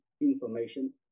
information